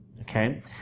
okay